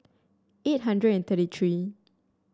eight hundred and thirty three